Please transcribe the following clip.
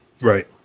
right